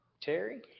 Terry